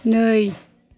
नै